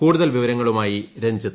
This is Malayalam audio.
കൂടുതൽ വിവരങ്ങളുമായി രഞ്ജിത്